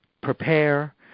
prepare